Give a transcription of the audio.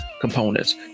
components